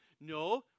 No